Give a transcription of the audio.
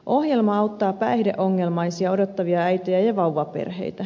ohjelma auttaa päihdeongelmaisia odottavia äitejä ja vauvaperheitä